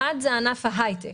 אחד זה ענף ההייטק,